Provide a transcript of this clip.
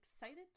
excited